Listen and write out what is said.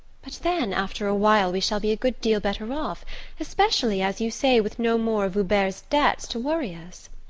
but then after a while we shall be a good deal better off especially, as you say, with no more of hubert's debts to worry us.